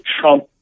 trump